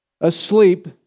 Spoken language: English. asleep